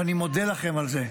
ואני מודה לכם על זה.